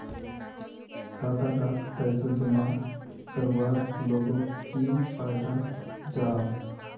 खाता डात पैसा जमा करवार लोगोक की फायदा जाहा?